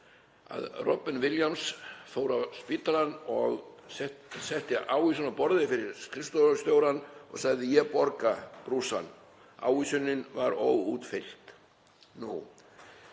Robin Williams fór á spítalann, setti ávísun á borðið fyrir skrifstofustjórann og sagði: Ég borga brúsann. Ávísunin var óútfyllt.